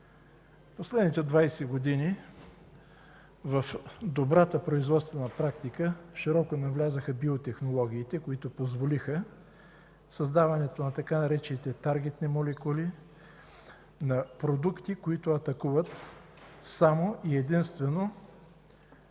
последните 20 години в добрата производствена практика широко навлязоха биотехнологиите, които позволиха създаването на тъй наречените „таргетни молекули” – на продукти, които атакуват единствено